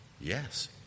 Yes